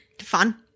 Fun